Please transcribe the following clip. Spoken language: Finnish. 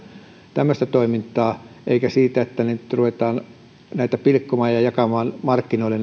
tämmöistä toimintaa eikä siitä että nyt ruvetaan näitä meidän omia yhtiöitä pilkkomaan ja jakamaan markkinoille